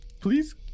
Please